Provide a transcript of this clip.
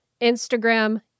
Instagram